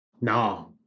No